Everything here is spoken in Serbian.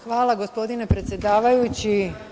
Hvala, gospodine predsedavajući.